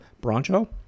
Broncho